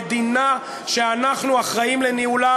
המדינה שאנחנו אחראים לניהולה,